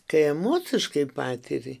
kai emociškai patiri